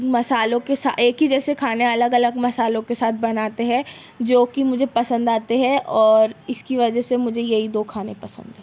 مسالوں کے ساتھ ایک ہی جیسے کھانے الگ الگ مسالوں کے ساتھ بناتے ہیں جو کہ مجھے پسند آتے ہیں اور اس کی وجہ سے مجھے یہی دو کھانے پسند ہیں